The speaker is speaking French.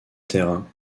terrain